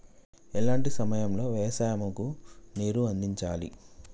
ఎలాంటి సమయం లో వ్యవసాయము కు నీరు అందించాలి?